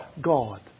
God